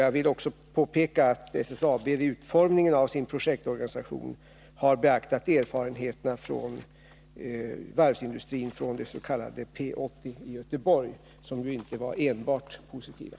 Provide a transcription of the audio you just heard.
Jag vill också påpeka att SSAB vid utformningen av sin projektorganisation har beaktat erfarenheterna från varvsindustrin, dets.k. P 80 i Göteborg, som inte var enbart positiva.